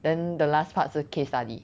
then the last part 是 case study